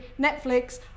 Netflix